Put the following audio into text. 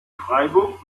freiburg